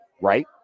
Right